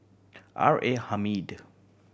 R A Hamid